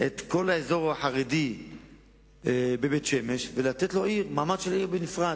את כל האזור החרדי בבית-שמש ולתת לו מעמד של עיר בנפרד.